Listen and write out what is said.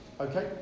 okay